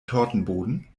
tortenboden